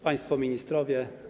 Państwo Ministrowie!